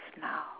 now